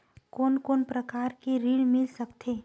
कोन कोन प्रकार के ऋण मिल सकथे?